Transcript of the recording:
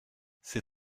c’est